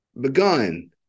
begun